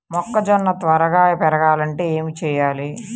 మొక్కజోన్న త్వరగా పెరగాలంటే ఏమి చెయ్యాలి?